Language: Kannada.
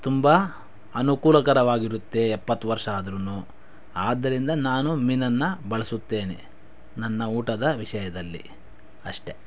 ತುಂಬ ಅನುಕೂಲಕರವಾಗಿರುತ್ತೆ ಎಪ್ಪತ್ತು ವರ್ಷ ಆದರೂ ಆದ್ದರಿಂದ ನಾನು ಮೀನನ್ನು ಬಳಸುತ್ತೇನೆ ನನ್ನ ಊಟದ ವಿಷಯದಲ್ಲಿ ಅಷ್ಟೆ